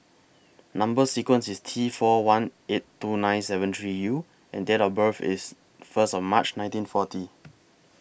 Number sequence IS T four one eight two nine seven three U and Date of birth IS First of March nineteen forty